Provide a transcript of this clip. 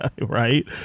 Right